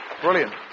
Brilliant